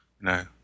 no